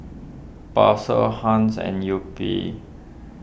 Persil Heinz and Yupi